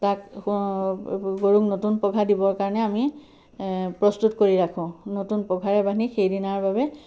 তাক গৰুক নতুন পঘা দিবৰ কাৰণে আমি প্ৰস্তুত কৰি ৰাখোঁ নতুন পঘাৰে বান্ধি সেইদিনাৰ বাবে